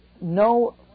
no